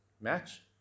match